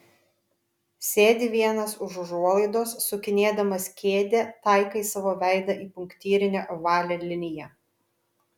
sėdi vienas už užuolaidos sukinėdamas kėdę taikai savo veidą į punktyrinę ovalią liniją